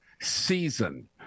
season